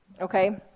okay